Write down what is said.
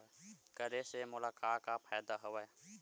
करे से मोला का का फ़ायदा हवय?